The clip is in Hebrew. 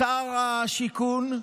שר השיכון,